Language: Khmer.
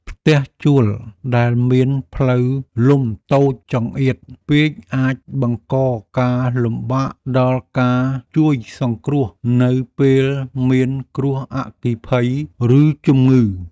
ផ្ទះជួលដែលមានផ្លូវលំតូចចង្អៀតពេកអាចបង្កការលំបាកដល់ការជួយសង្គ្រោះនៅពេលមានគ្រោះអគ្គិភ័យឬជំងឺ។